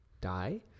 die